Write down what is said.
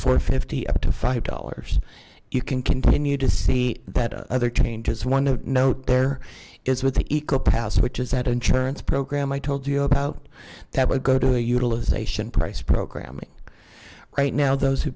for fifty up to five dollars you can continue to see that other changes one of note there is with the eco pass which is that insurance program i told you about that would go to a utilization price programming right now those who